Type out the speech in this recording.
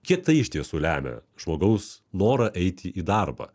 kiek tai iš tiesų lemia žmogaus norą eiti į darbą